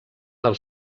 del